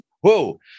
whoa